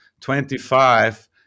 25